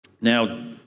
Now